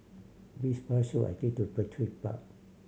which bus should I take to Petir Park